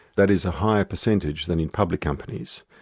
that is a higher percentage than in public companies.